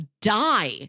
die